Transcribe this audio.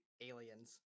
aliens